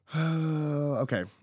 Okay